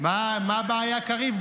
מה הבעיה, קריב?